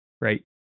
right